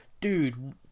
Dude